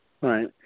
Right